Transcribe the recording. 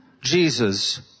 Jesus